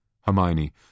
Hermione